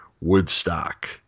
woodstock